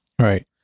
Right